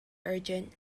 urgent